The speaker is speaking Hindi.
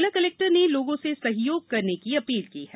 जिला कलेक्टर ने लोगों से सहयोग करने की अपील की है